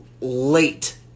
late